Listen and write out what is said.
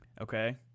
Okay